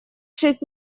шесть